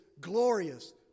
Glorious